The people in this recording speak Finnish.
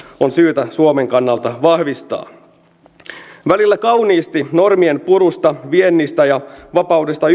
on syytä suomen kannalta vahvistaa hallitus joka välillä yrittää puhua kauniisti normien purusta viennistä ja vapaudesta